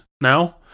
now